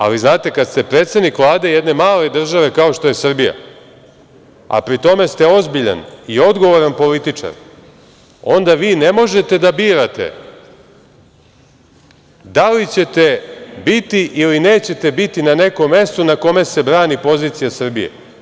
Ali, znate, kada ste predsednik Vlade jedne male države kao što je Srbija, a pri tome se ozbiljan i odgovoran političar, onda vi ne možete da birate da li ćete biti ili nećete biti na nekom mestu na kome se brani pozicija Srbije.